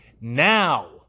Now